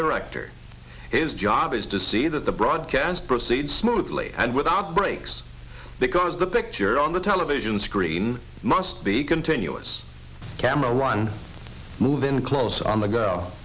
director is job is to see that the broadcast proceed smoothly and without breaks because the picture on the television screen must be continuous camera run move in close on the g